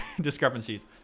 discrepancies